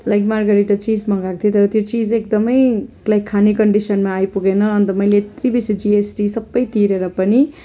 like margherita चिज मगाएको थिएँ तर त्यो चिज एकदमै लाइक खाने कन्डिसनमा आइपुगेन अन्त मैले यत्रो बेसी जिएसटी सबै तिरेर पनि